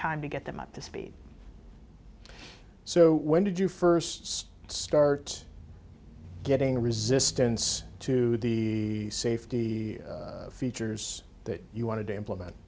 time to get them up to speed so when did you first start getting resistance to the safety features that you wanted to implement